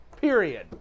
period